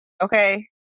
okay